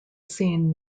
seen